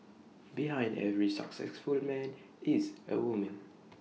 behind every successful man is A woman